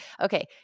okay